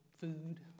food